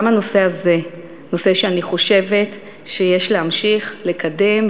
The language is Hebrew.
גם הנושא הזה הוא נושא שאני חושבת שיש להמשיך לקדם,